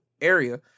area